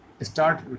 start